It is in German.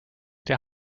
der